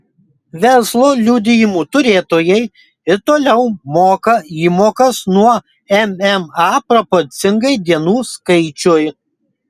verslo liudijimų turėtojai ir toliau moka įmokas nuo mma proporcingai dienų skaičiui